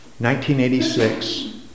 1986